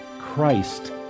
Christ